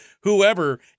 whoever